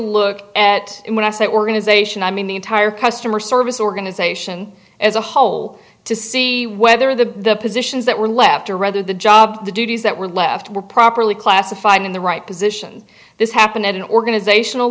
look at it when i say organization i mean the entire customer service organization as a whole to see whether the positions that were left or rather the job the duties that were left were properly classified in the right position this happened at an organizational